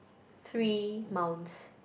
three mouse